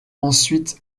ensuite